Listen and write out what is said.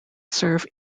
serve